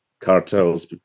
cartels